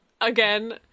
again